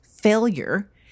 failure